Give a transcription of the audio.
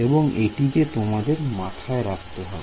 এবং এটিকে তোমাদের মাথায় রাখতে হবে